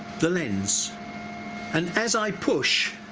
the lens and as i push